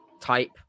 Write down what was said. type